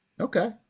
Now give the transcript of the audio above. Okay